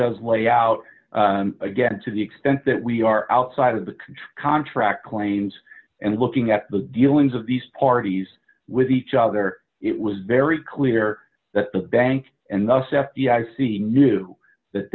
does lay out again to the extent that we are outside of the country contract claims and looking at the dealings of these parties with each other it was very clear that the bank and us f d i c knew that